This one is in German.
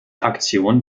aktion